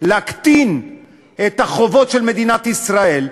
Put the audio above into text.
להקטין את החובות של מדינת ישראל,